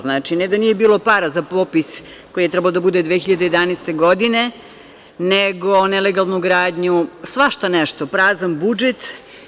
Znači, ne da nije bilo para za popis koji je trebao da bude 2011. godine, nego nelegalnu gradnju, svašta nešto, prazan budžet.